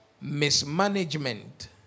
Mismanagement